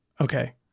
Okay